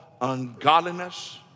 ungodliness